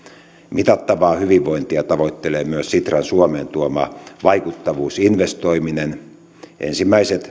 mitattavaa hyvinvointia tavoittelee myös sitran suomeen tuoma vaikuttavuusinvestoiminen ensimmäiset